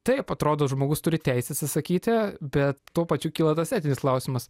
taip atrodo žmogus turi teisę atsisakyti bet tuo pačiu kyla tas etinis klausimas